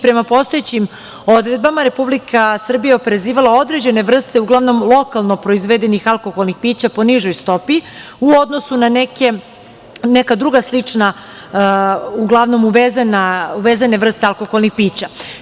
Prema postojećim odredbama, Republika Srbija je oporezivala određene vrste, uglavnom lokalno proizvedenih alkoholnih pića, po nižoj stopi, u odnosu na neka druga slična, uglavnom uvezene vrste alkoholnih pića.